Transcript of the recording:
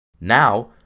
Now